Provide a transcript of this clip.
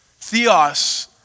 Theos